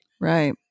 Right